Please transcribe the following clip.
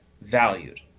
valued